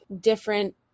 different